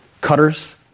cutters